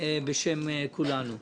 בשם כולנו.